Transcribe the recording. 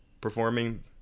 performing